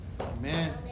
Amen